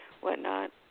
whatnot